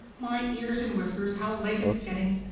my ears and whiskers, how late it's getting!